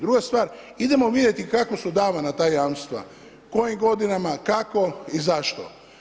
Druga stvar, idemo vidjeti kako su davana ta jamstva, kojim godinama, kako i zašto.